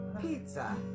Pizza